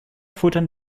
futtern